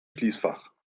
schließfach